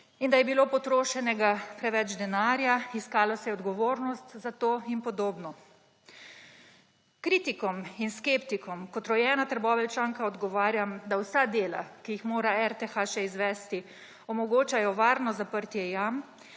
in da je bilo potrošenega preveč denarja, iskalo se je odgovornost za to in podobno. Kritikom in skeptikom kot rojena Trboveljčanka odgovarjam, da vsa dela, ki jih mora RTH še izvesti, omogočajo varno zaprtje jam